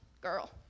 girl